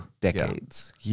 decades